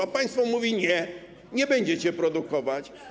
A państwo mówi: nie, nie będziecie produkować.